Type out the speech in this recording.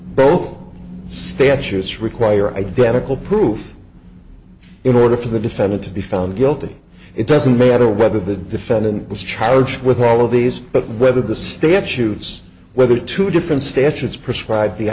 both statutes require identical proof in order for the defendant to be found guilty it doesn't matter whether the defendant was charged with all of these but whether the statutes whether two different statutes prescribe the